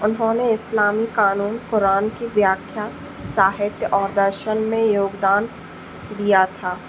उन्होंने इस्लामी कानून कुरान की व्याख्या साहित्य और दर्शन में योगदान दिया था